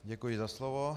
Děkuji za slovo.